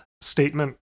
statement